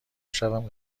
شوم